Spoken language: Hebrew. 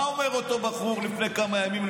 מה אומר אותו בחור לפני כמה ימים?